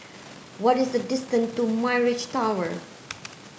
what is the distance to Mirage Tower